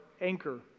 anchor